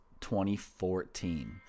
2014